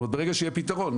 זאת אומרת ברגע שיהיה פתרון,